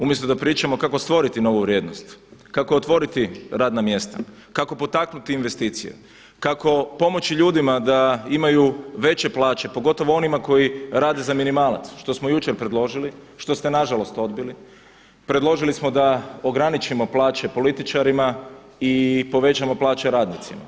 Umjesto da pričamo kako da stvoriti novu vrijednost, kako otvoriti radna mjesta, kako potaknuti investicije, kako pomoći ljudima da imaju veće plaće, pogotovo onima koji rade za minimalac, što smo jučer predložili, što ste nažalost odbili, predložili smo da ograničimo plaće političarima i povećamo plaće radnicima.